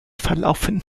verlaufen